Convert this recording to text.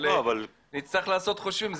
אבל נצטרך לעשות חושבים,